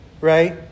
right